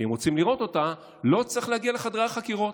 אם רוצים לראות אותה לא צריך להגיע לחדרי החקירות,